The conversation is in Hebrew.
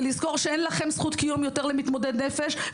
תזכרו שאין לכם יותר זכות קיום ממתמודד נפש,